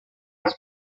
its